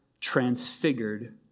transfigured